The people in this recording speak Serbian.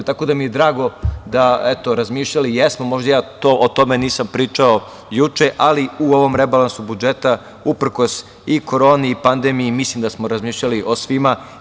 Tako da, drago mi je da, eto, razmišljali jesmo, možda ja o tome nisam pričao juče, ali u ovom rebalansu budžeta, uprkos i koroni i pandemiji, mislim da smo razmišljali o svima.